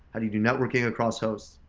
how do you do networking across hosts?